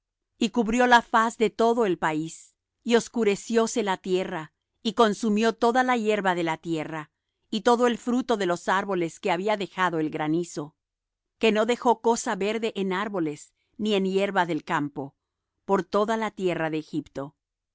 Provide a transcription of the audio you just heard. y cubrió la faz de todo el país y oscurecióse la tierra y consumió toda la hierba de la tierra y todo el fruto de los árboles que había dejado el granizo que no quedó cosa verde en árboles ni en hierba del campo por toda la tierra de egipto